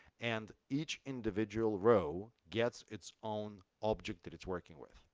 and each individual row gets its own object that it's working with.